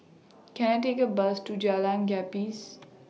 Can I Take A Bus to Jalan Gapis